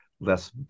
less